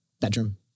bedroom